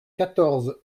quatorze